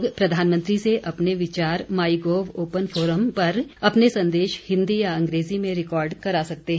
लोग प्रधानमंत्री से अपने विचार माई गोव ओपन फोरम पर अपने संदेश हिंदी या अंग्रेजी में रिकॉर्ड करा सकते हैं